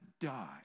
die